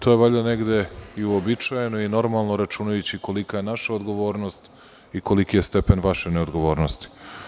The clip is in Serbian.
To je valjda negde i uobičajeno i normalno, računajući kolika je naša odgovornost i koliki je stepen vaše neodgovornosti.